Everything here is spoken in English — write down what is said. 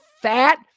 fat